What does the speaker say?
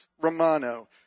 Romano